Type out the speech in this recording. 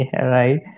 right